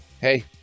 Hey